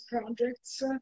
projects